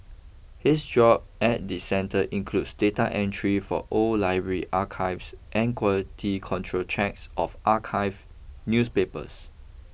his job at the centre includes data entry for old library archives and quality control checks of archive newspapers